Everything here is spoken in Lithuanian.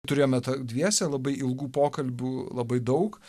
turėjome tą dviese labai ilgų pokalbių labai daug